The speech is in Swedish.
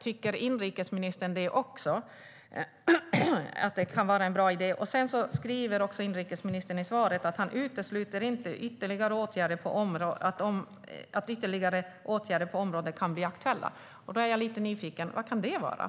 Tycker inrikesministern också att det skulle kunna vara en bra idé? Inrikesministern säger också i sitt svar att han inte utesluter "att ytterligare åtgärder på området kan bli aktuella". Jag är lite nyfiken på vad det kan vara.